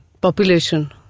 population